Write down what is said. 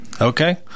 okay